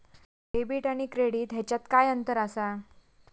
Debit आणि credit ह्याच्यात काय अंतर असा?